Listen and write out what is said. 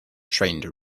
trained